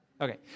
Okay